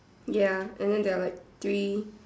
ya and then they're like three